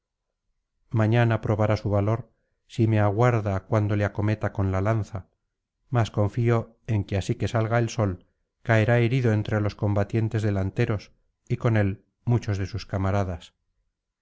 mañana probará su valor si me aguarda cuando le acometa con la lanza mas confío en que así que salga el sol caerá herido entre los combatientes delanteros y con él muchos de sus camaradas